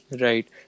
Right